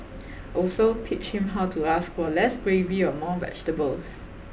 also teach him how to ask for less gravy or more vegetables